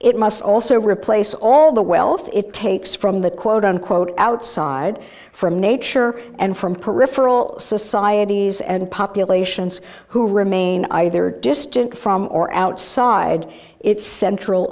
it must also replace all the wealth it takes from the quote unquote outside from nature and from peripheral societies and populations who remain either distant from or outside its central